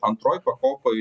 antroj pakopoj